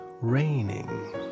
raining